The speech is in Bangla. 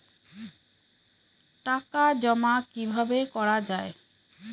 টাকা জমা কিভাবে করা য়ায়?